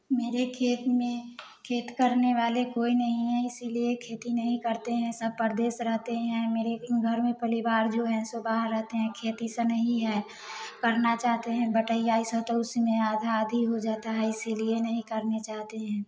मेरे खेत में खेत करने वाले कोई नहीं है इसीलिए खेती नहीं करते हैं सब परदेस रहते हैं मेरे घर में परिवार जो है सब बाहर रहते हैं खेती से नही हैं करना चाहते है बटइया तो उसमें आधा आधी हो जाता है इसीलिए नहीं करने चाहते हैं